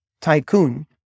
Tycoon